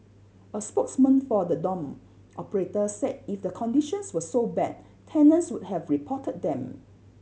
a spokesman for the dorm operator said if the conditions were so bad tenants would have reported them